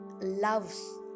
loves